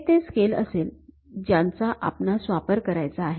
हे ते स्केल असेल ज्यांचा आपणास वापर करायचा आहे